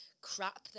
crap